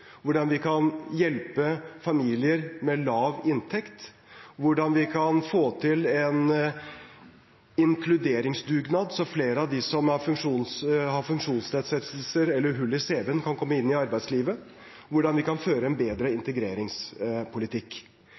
hvordan vi kan hjelpe familier med lav inntekt, hvordan vi kan få til en inkluderingsdugnad så flere av dem som har funksjonsnedsettelser eller hull i cv-en, kan komme inn i arbeidslivet, og hvordan vi kan føre en bedre integreringspolitikk.